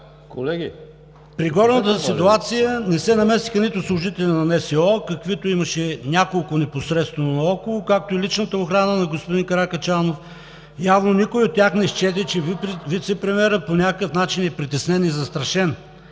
При горната ситуация не се намесиха нито служители на НСО, каквито имаше няколко непосредствено наоколо, както и личната охрана на господин Каракачанов. Явно никой от тях не счете, че вицепремиерът по някакъв начин е притеснен и застрашен.